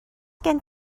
gen